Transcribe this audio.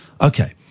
Okay